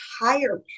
higher